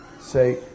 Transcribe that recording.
say